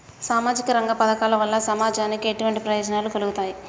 సామాజిక రంగ పథకాల వల్ల సమాజానికి ఎటువంటి ప్రయోజనాలు కలుగుతాయి?